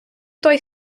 той